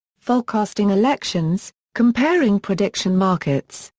forecasting elections comparing prediction markets,